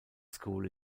school